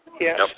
Yes